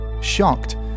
Shocked